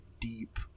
deep